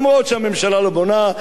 שהממשלה לא בונה,